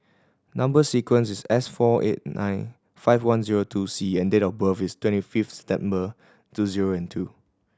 number sequence is S four eight nine five one zero two C and date of birth is twenty fifth September two zero and two